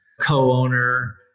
co-owner